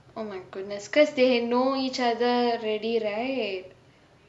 oh my goodness because they know each other already right